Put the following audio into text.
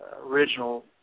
original